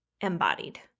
embodied